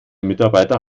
mitarbeiter